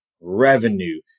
revenue